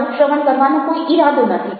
તમારો શ્રવણ કરવાનો કોઈ ઈરાદો નથી